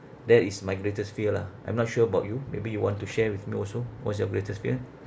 that is my greatest fear lah I'm not sure about you maybe you want to share with me also what's your greatest fear